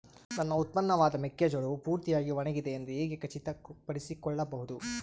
ನನ್ನ ಉತ್ಪನ್ನವಾದ ಮೆಕ್ಕೆಜೋಳವು ಪೂರ್ತಿಯಾಗಿ ಒಣಗಿದೆ ಎಂದು ಹೇಗೆ ಖಚಿತಪಡಿಸಿಕೊಳ್ಳಬಹುದು?